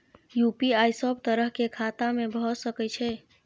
UPI सब तरह के खाता में भय सके छै?